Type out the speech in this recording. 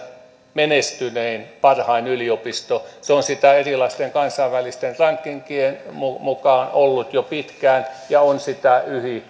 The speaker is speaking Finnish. menestynein parhain yliopisto se on sitä erilaisten kansainvälisten rankingien mukaan ollut jo pitkään ja on sitä yhä